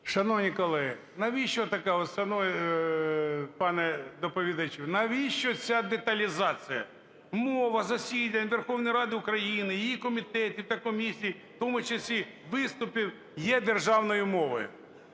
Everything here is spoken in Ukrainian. Шановні колеги, навіщо так от, пане доповідачу, навіщо ця деталізація? Мова засідань Верховної Ради України, її комітетів та комісій, в тому числі виступів, є державною мовою.